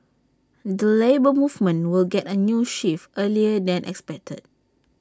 the Labour Movement will get A new chief earlier than expected